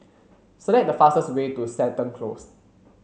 select the fastest way to Seton Close